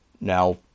Now